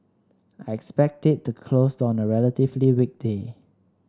I expect it to close on a relatively weak day